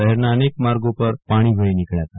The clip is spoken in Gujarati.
શહેરના અનેક માર્ગો પર પાણી વહિ નીકળ્યા હતા